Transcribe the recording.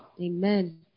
Amen